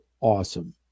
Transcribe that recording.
awesome